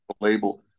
label